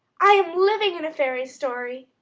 i am living in a fairy story!